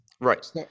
Right